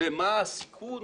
ומה הסיכון